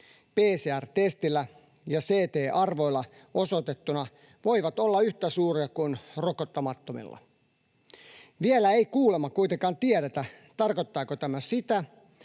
PCR-testillä ja Ct-arvoilla osoitettuna voivat olla yhtä suuria kuin rokottamattomilla. Vielä ei kuulemma kuitenkaan tiedetä, tarkoittaako tämä sitä,